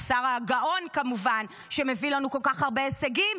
השר הגאון, כמובן, שמביא לנו כל כך הרבה הישגים,